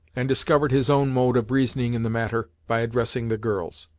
and discovered his own mode of reasoning in the matter, by addressing the girls.